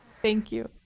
thank you.